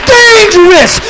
dangerous